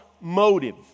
motive